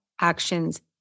actions